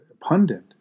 pundit